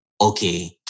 okay